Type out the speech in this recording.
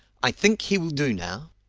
i think he will do now.